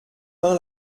pin